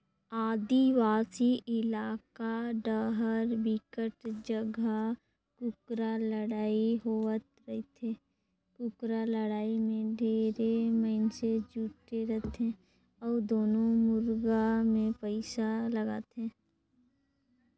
आदिवासी इलाका डाहर बिकट जघा कुकरा लड़ई होवत रहिथे, कुकरा लड़ाई में ढेरे मइनसे जुटे रथे अउ दूनों मुरगा मे पइसा लगाथे